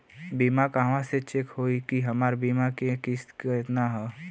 बीमा कहवा से चेक होयी की हमार बीमा के किस्त केतना ह?